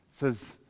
says